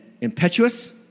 impetuous